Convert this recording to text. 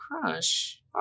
crush